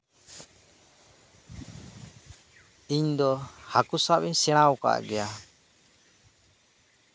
ᱤᱧ ᱫᱚ ᱦᱟᱹᱠᱩ ᱥᱟᱵ ᱤᱧ ᱥᱮᱲᱟᱣ ᱟᱠᱟᱫ ᱜᱮᱭᱟ